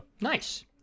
Nice